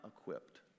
equipped